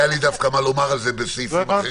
היה לי מה לומר על זה בסעיפים אחרים,